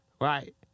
Right